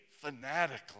fanatically